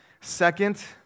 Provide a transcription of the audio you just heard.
Second